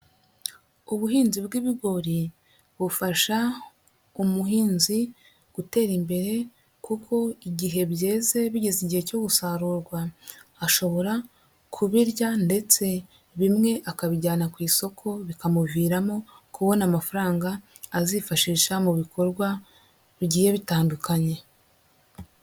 Ubuhunzi bw'ibigori bufasha umuhinzi gutera imbere kuko igihe byeze bigeze igihe cyo gusarurwa, ashobora kubirya ndetse bimwe akabijyana ku isoko, bikamuviramo kubona amafaranga azifashisha mu bikorwa bigiye bitandukanye.